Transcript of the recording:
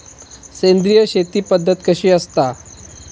सेंद्रिय शेती पद्धत कशी असता?